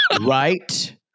Right